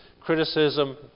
criticism